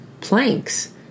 planks